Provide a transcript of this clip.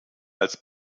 als